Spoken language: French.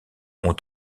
ont